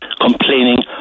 complaining